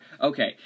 Okay